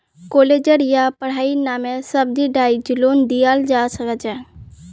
कालेजेर या पढ़ाईर नामे सब्सिडाइज्ड लोन दियाल जा छेक